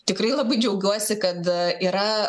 tikrai labai džiaugiuosi kad yra